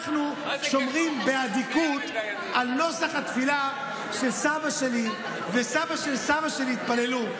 אנחנו שומרים באדיקות על נוסח התפילה שסבא שלי וסבא שלי סבא שלי התפללו.